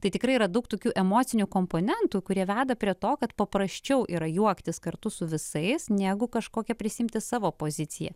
tai tikrai yra daug tokių emocinių komponentų kurie veda prie to kad paprasčiau yra juoktis kartu su visais negu kažkokią prisiimti savo poziciją